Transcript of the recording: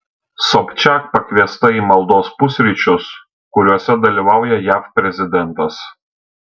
sobčiak pakviesta į maldos pusryčius kuriuose dalyvauja jav prezidentas